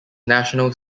national